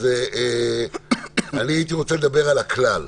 אז הייתי רוצה לדבר על הכלל.